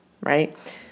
right